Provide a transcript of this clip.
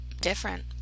Different